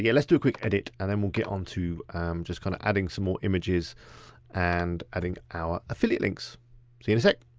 yeah let's do a quick edit and then we'll get on to just kinda adding some more images and adding our affiliate links. see you in a sec.